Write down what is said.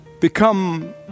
become